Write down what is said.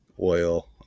oil